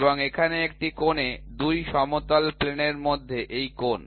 এবং এখানে একটি কোণে ২ সমতল প্লেনের মধ্যে এই কোণ